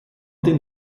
den